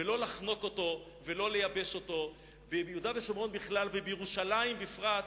ולא לחנוק אותו ולא לייבש אותו ביהודה ושומרון בכלל ובירושלים בפרט,